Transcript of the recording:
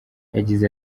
yagize